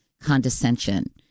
condescension